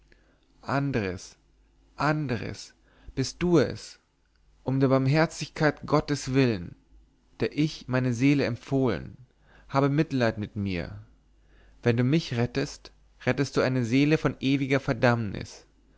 andres andres bist du es um der barmherzigkeit gottes willen der ich meine seele empfohlen habe mitleid mit mir wenn du mich rettest rettest du eine seele von ewiger verdammnis